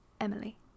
Emily